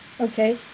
Okay